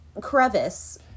crevice